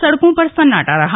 सड़कों पर सन्नाटा रहा